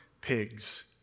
pigs